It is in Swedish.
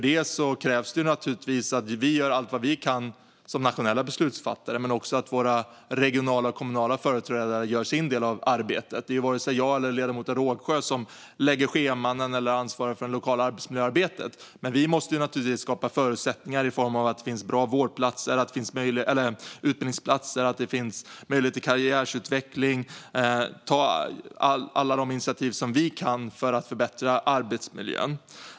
Det krävs naturligtvis att vi gör allt vad vi kan som nationella beslutsfattare men också att våra regionala och kommunala företrädare gör sin del av arbetet. Det är varken jag eller ledamoten Rågsjö som lägger scheman eller ansvarar för det lokala arbetsmiljöarbetet, men vi måste skapa förutsättningar i form av vårdplatser, bra utbildningsplatser och möjligheter till karriär och kompetensutveckling. Vi måste ta alla initiativ som vi kan för att förbättra arbetsmiljön.